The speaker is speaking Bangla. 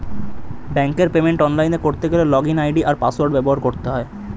ব্যাঙ্কের পেমেন্ট অনলাইনে করতে গেলে লগইন আই.ডি আর পাসওয়ার্ড ব্যবহার করতে হয়